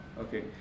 okay